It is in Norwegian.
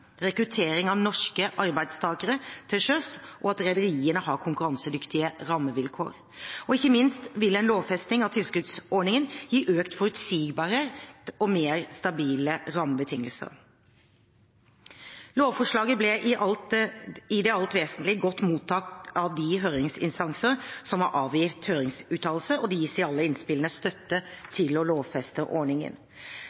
rekruttering av norske arbeidstakere til sjøs og at rederiene har konkurransedyktige rammevilkår. Og ikke minst vil lovfestingen av tilskuddsordningen gi økt forutsigbarhet og mer stabile rammebetingelser. Lovforslaget ble i det alt vesentlige godt mottatt av de høringsinstanser som har avgitt høringsuttalelser, og det gis i alle innspillene støtte